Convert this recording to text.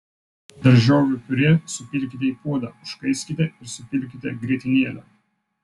daržovių piurė supilkite į puodą užkaiskite ir supilkite grietinėlę